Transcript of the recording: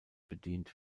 bedient